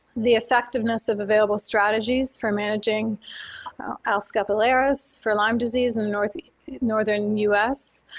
the effectiveness of available strategies for managing i. scapularis for lyme disease in northern northern us,